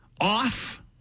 off